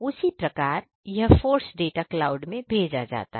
उसी प्रकार यह फोर्स डाटा क्लाउड में भेजा जाता है